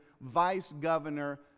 vice-governor